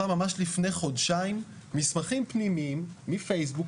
לפני חודשיים מסמכים פנימיים מפייסבוק,